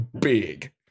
big